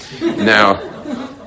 Now